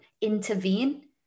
intervene